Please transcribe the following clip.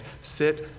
sit